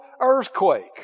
earthquake